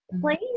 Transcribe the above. Please